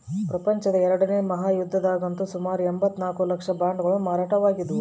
ಪ್ರಪಂಚದ ಎರಡನೇ ಮಹಾಯುದ್ಧದಗಂತೂ ಸುಮಾರು ಎಂಭತ್ತ ನಾಲ್ಕು ಲಕ್ಷ ಬಾಂಡುಗಳು ಮಾರಾಟವಾಗಿದ್ದವು